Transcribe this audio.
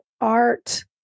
art